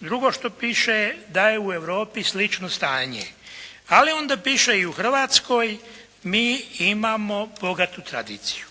Drugo što piše da je u Europi slično stanje. Ali onda piše i u Hrvatskoj mi imamo bogatu tradiciju.